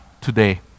today